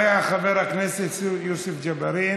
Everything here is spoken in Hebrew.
חבר הכנסת מאיר כהן,